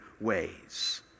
ways